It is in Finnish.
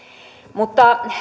mutta